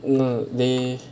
um they